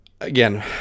again